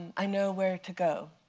i know where to go.